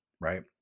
right